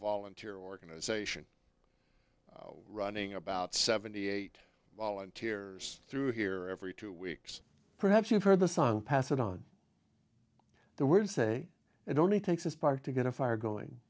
volunteer organization running about seventy eight volunteers through here every two weeks perhaps you've heard the song pass it on the word and say it only takes a spark to get a fire going